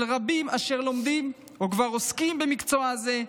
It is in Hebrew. של רבים אשר לומדים או כבר עוסקים במקצוע זה,